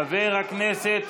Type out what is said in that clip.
חבר הכנסת